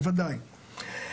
בוודאי.